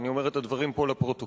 ואני אומר את הדברים פה לפרוטוקול.